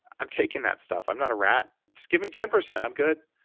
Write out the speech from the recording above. i'm taking that stuff. i'm not a rat. just give me ten percent, i'm good.